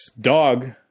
Dog